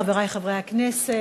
חברי חברי הכנסת,